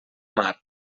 mar